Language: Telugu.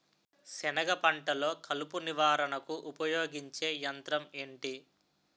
సెనగ పంటలో కలుపు నివారణకు ఉపయోగించే యంత్రం ఏంటి?